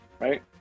right